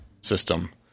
system